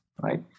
right